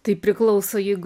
tai priklauso jeigu